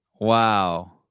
Wow